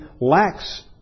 lacks